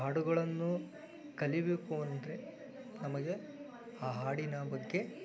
ಹಾಡುಗಳನ್ನು ಕಲಿಬೇಕು ಅಂದರೆ ನಮಗೆ ಆ ಹಾಡಿನ ಬಗ್ಗೆ